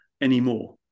anymore